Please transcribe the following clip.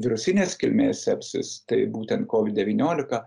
virusinės kilmės sepsis tai būtent kovid devyniolika